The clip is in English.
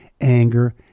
anger